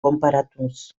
konparatuz